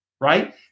right